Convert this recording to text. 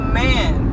man